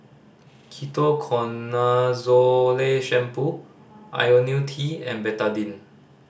Ketoconazole Shampoo Ionil T and Betadine